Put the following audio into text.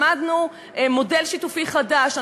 למדנו מודל שיתופי חדש,